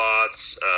lots